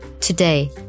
Today